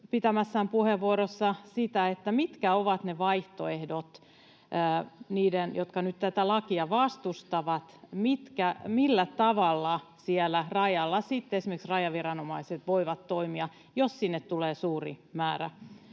pitämässään puheenvuorossa sitä, mitkä ovat vaihtoehdot niillä, jotka nyt tätä lakia vastustavat. Millä tavalla siellä rajalla sitten esimerkiksi rajaviranomaiset voivat toimia, jos sinne tulee suuri määrä